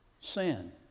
sin